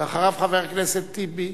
ואחריו, חבר הכנסת טיבי.